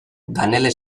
danele